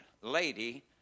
lady